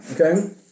Okay